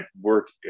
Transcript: work